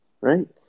Right